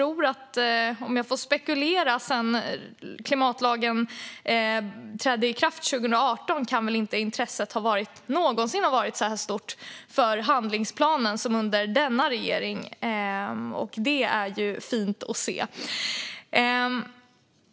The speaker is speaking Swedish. Om jag får spekulera tror jag att intresset för handlingsplanen inte någonsin, sedan klimatlagen trädde i kraft 2018, kan ha varit så stort som under denna regering. Det är fint att se.